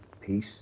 peace